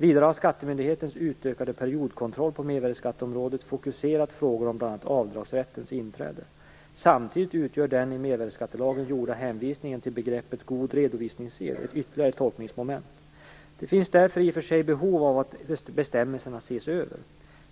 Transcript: Vidare har skattemyndigheternas utökade periodkontroll på mervärdesskatteområdet fokuserat frågor om bl.a. avdragsrättens inträde. Samtidigt utgör den i mervärdesskattelagen gjorda hänvisningen till begreppet god redovisningssed ett ytterligare tolkningsmoment. Det finns därför i och för sig behov av att bestämmelserna ses över.